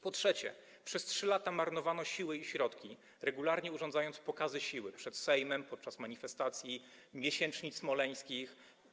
Po trzecie, przez 3 lata marnowano siły i środki, regularnie urządzając pokazy siły przed Sejmem podczas manifestacji, miesięcznic smoleńskich.